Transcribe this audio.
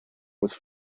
was